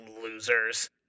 Losers